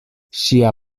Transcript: ŝia